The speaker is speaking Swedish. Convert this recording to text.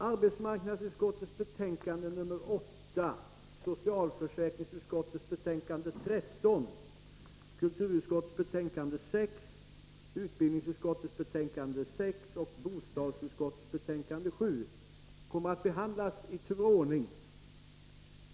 Arbetsmarknadsutskottets betänkande 8, socialförsäkringsutskottets betänkande 13, kulturutskottets betänkande 6, utbildningsutskottets betänkande 6 och bostadsutskottets betänkande 7 kommer att behandlas i tur och ordning.